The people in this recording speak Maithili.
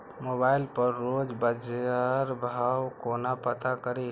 मोबाइल पर रोज बजार भाव कोना पता करि?